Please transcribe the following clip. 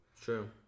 True